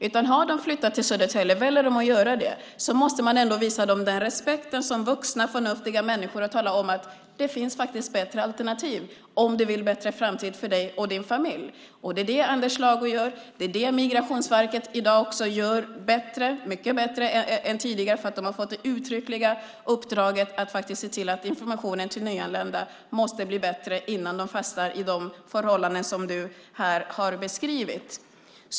Väljer de att flytta till Södertälje måste man visa dem respekt som vuxna förnuftiga människor och tala om att det finns bättre alternativ om de vill ha en bättre framtid för sig och sin familj. Det är det Anders Lago gör. Det gör också Migrationsverket mycket bättre i dag än tidigare. De har fått det uttryckliga uppdraget att se till att informationen till nyanlända blir bättre innan de fastnar i de förhållanden som har beskrivits här.